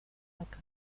polaca